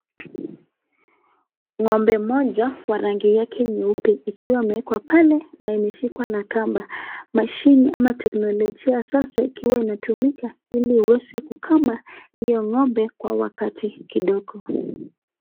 Ngo'mbe moja akiwa na rangi yake nyeupe akiwa amawekwa pale akiwa ameshikwa mashini na kamba ama tekinolochia ya sasa ikiwa inatumika hili iweze kukama hiyo ngo'mbe Kwa wakati kidogo.